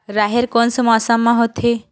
राहेर कोन से मौसम म होथे?